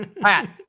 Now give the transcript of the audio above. Pat